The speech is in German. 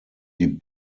die